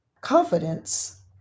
confidence